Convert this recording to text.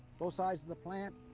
both sides of the plant,